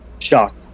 shocked